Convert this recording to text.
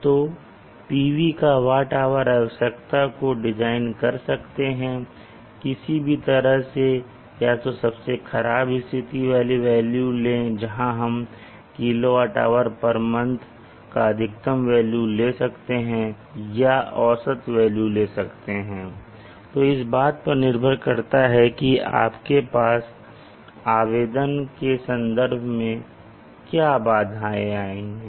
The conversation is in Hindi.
तो PV की वाट आवर आवश्यकता को डिज़ाइन कर सकते हैं किसी भी तरह से या तो सबसे खराब स्थिति वाले वेल्यू ले जहां हम kWhmonth का अधिकतम वेल्यू ले सकते हैं या औसत वेल्यू ले सकते हैं जो इस बात पर निर्भर करता है कि आपके आवेदन के संदर्भ में क्या बाधाएं हैं